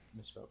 misspoke